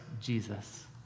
Jesus